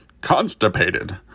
constipated